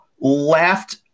laughed